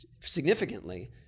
significantly